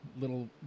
little